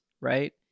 right